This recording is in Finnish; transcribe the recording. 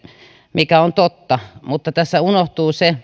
mikä on totta mutta tässä keskustelussa unohtuu se